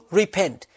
repent